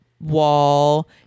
wall